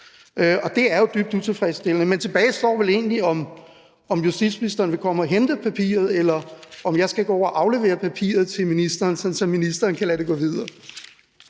Og det er jo dybt utilfredsstillende. Men tilbage står vel egentlig, om justitsministeren vil komme og hente papiret, eller om jeg skal gå over og aflevere papiret til ministeren, sådan at ministeren kan lade det gå videre.